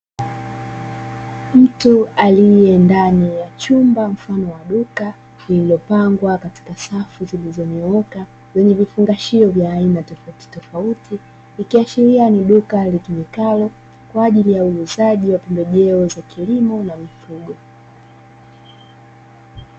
Mtu aliye ndani ya chumba mfano wa duka lililopangwa katika safu zilizonyooka zenye vifungashio vya aina tofauti tofauti, ikiashiria ni duka litumikalo kwa ajili ya uuzaji ya pembejeo za kilimo na mifugo.